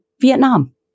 Vietnam